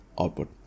output